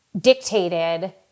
dictated